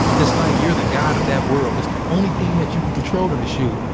it's like you're the god of that world. it's the only thing that you can control in the shu.